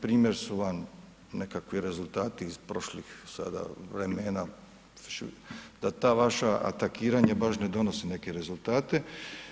Primjer su vam nekakvi rezultati iz prošlih sada vremena, da ta vaša atakiranja baš ne donose neke rezultate.